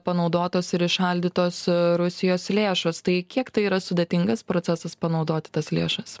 panaudotos ir įšaldytos rusijos lėšos tai kiek tai yra sudėtingas procesas panaudoti tas lėšas